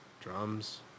drums